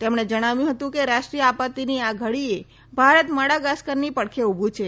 તેમણે જણાવ્યું હતું કે રાષ્ટ્રીય આપત્તીની આ ઘડીએ ભારત માડાગાસ્કરની પડખે ઊભું છે